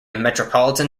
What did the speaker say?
metropolitan